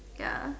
ya